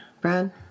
Brad